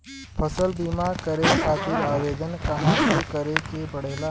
फसल बीमा करे खातिर आवेदन कहाँसे करे के पड़ेला?